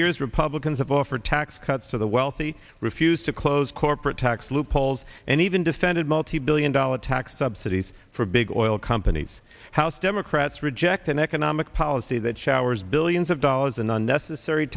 years republicans have offered tax cuts for the wealthy refused to close corporate tax loopholes and even defended multibillion dollar tax subsidies for big oil companies house democrats reject an economic policy that showers billions of dollars in unnecessary